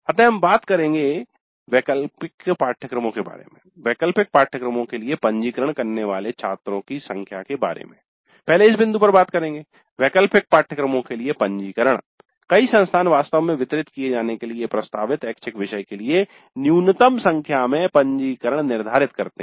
अब हम बात करेंगे वैकल्पिक पाठ्यक्रमों के लिए पंजीकरण करने वाले छात्रों की संख्या के बारे में पहले इस बिंदु पर बात करेंगे 'वैकल्पिक पाठ्यक्रमों के लिए पंजीकरण' कई संस्थान वास्तव में वितरित किए जाने के लिए प्रस्तावित ऐच्छिक विषय के लिए न्यूनतम संख्या में पंजीकरण निर्धारित करते हैं